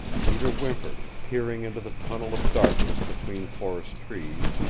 peter whimpered, peering into the tunnel of darkness between forest trees,